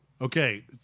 Okay